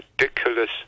ridiculous